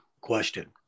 question